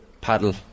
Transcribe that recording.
paddle